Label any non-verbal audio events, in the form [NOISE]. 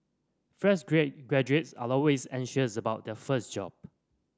fresh [UNINTELLIGIBLE] graduates are always anxious about their first job